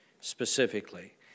specifically